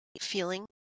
feeling